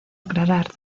aclarar